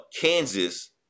Kansas